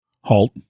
Halt